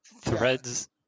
Threads